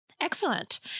Excellent